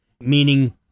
meaning